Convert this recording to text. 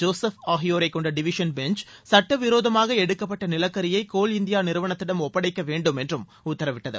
Joseph ஆகியோரை கொண்ட division bench சட்டவிரோதமாக எடுக்கப்பட்ட நிலக்கரியை கோல் இந்தியா நிறுவனத்திடம் ஒப்படைக்க வேண்டும் என்றும் உத்தரவிட்டது